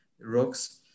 rocks